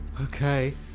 okay